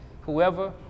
whoever